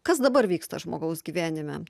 kas dabar vyksta žmogaus gyvenime